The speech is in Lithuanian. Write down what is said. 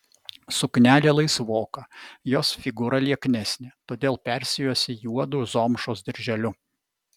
suknelė laisvoka jos figūra lieknesnė todėl persijuosė juodu zomšos dirželiu